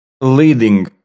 Leading